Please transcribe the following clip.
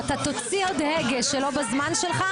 אם אתה תוציא עוד הגה שלא בזמן שלך,